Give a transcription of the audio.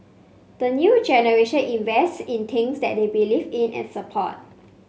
the new generation invests in things that they believe in and support